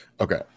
okay